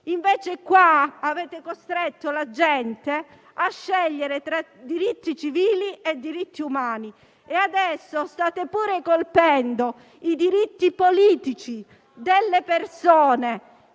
Invece avete costretto la gente a scegliere tra diritti civili e diritti umani. *(Commenti)*. Adesso state pure colpendo i diritti politici delle persone,